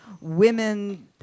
women